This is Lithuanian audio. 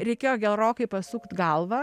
reikėjo gerokai pasukt galvą